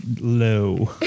low